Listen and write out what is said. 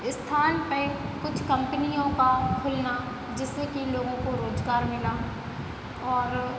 स्थान पर कुछ कंपनियों का खुलना जिससे कि लोगों को रोजगार मिला और